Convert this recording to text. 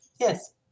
Yes